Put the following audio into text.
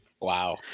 Wow